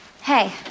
Hey